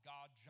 God